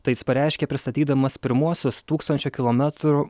tai jis pareiškė pristatydamas pirmuosius tūkstančio kilometrų